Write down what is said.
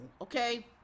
okay